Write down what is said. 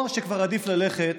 או שכבר עדיף ללכת